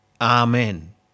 Amen